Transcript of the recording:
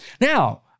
Now